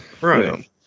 Right